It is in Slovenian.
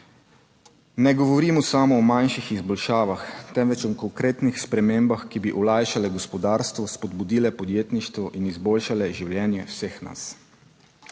Ne govorimo samo o manjših izboljšavah, temveč o konkretnih spremembah, ki bi olajšale gospodarstvo, spodbudile podjetništvo in izboljšale življenje vseh nas.